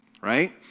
right